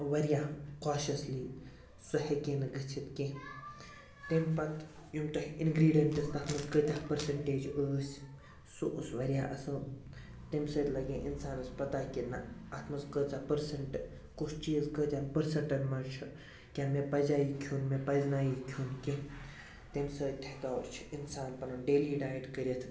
واریاہ کوشَسلی سُہ ہیٚکہِ ہے نہٕ گٔژھِتھ کیٚنٛہہ تَمہِ پَتہٕ یِم تۄہہِ اِنٛگریٖڈیَنٛٹس تتھ مَنٛز کٲتیٛاہ پٔرسنٹیج ٲسۍ سُہ اوس واریاہ اَصٕل تَمہِ سۭتۍ لَگہِ ہے اِنسانَس پَتاہ کہِ نہَ اَتھ مَنٛز کٲژاہ پٔرسَنٹ کُس چیٖز کٲتہَن پٔرسَنٹَن مَنٛز چھُ کیٛاہ مےٚ پَزیا یہِ کھیٚون مےٚ پَزِ نا یہِ کھیٚون کیٚنٛہہ تَمہِ سۭتۍ ہیٚکان چھُ اِنسان پَنُن ڈیلی ڈایِٹ کٔرِتھ